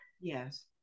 Yes